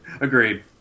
Agreed